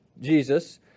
Jesus